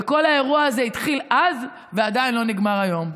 וכל האירוע הזה התחיל אז ועדיין לא נגמר היום.